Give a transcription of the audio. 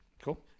Cool